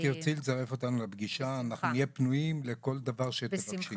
אם גברתי תצרף אותנו לפגישה אנחנו נהיה פנויים לכל דבר שתבקשי.